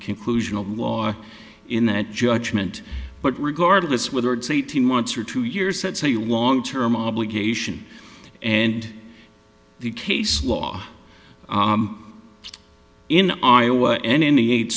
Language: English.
conclusion of law in that judgment but regardless whether it's eighteen months or two years that say you long term obligation and the case law in iowa and in the eight